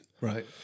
Right